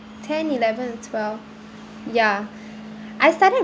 ten eleven or twelve ya I started